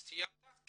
סיימת?